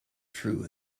true